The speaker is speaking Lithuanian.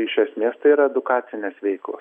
iš esmės tai yra edukacinės veiklos